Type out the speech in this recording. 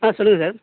ஆ சொல்லுங்கள் சார்